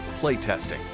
playtesting